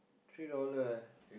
three dollar eh